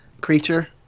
creature